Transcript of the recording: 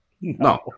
no